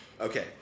Okay